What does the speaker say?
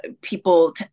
people